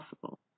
possible